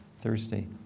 Thursday